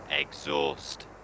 exhaust